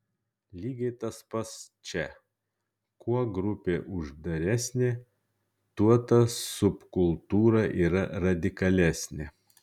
lygiai tas pats čia kuo grupė uždaresnė tuo ta subkultūra yra radikalesnė